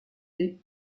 les